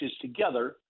together